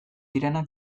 direnak